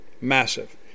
massive